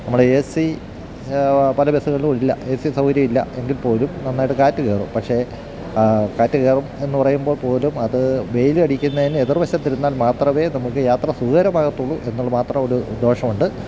നമ്മടെ ഏസി പല ബസ്സുകളിലുമില്ല ഏസി സൗകര്യം ഇല്ല എങ്കിൽ പോലും നന്നായിട്ട് കാറ്റ് കയറും പക്ഷെ കാറ്റ് കയറും എന്ന് പറയുമ്പോൾ പോലും അത് വെയിലടിക്കുന്നതിന് എതിർവശത്തിരുന്നാൽ മാത്രമേ നമുക്ക് യാത്ര സുഖകരമാകത്തുള്ളൂ എന്നുള്ള മാത്രം ഒരു ദോഷമുണ്ട്